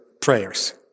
prayers